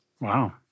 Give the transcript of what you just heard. Wow